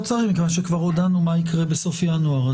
(היו"ר גלעד קריב) לא צריך כיוון שכבר הודענו מה יקרה בסוף ינואר.